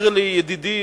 אומר לי ידידי,